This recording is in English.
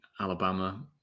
alabama